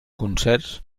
concerts